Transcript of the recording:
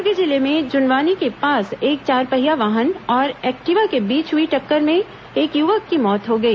द्र्ग जिले में जुनवानी के पास एक चारपहिया वाहन और एक्टिवा के बीच हई टक्कर में एक युवक की मौत हो गई